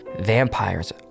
Vampires